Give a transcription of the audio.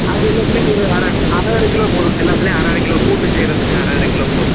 அது எல்லாத்துலேயும் ஒரு அரை அரை அரை கிலோ போதும் எல்லாத்துலேயும் அரை அரை கிலோ கூட்டு செய்கிறதுக்கு அரை அரை கிலோ போதும்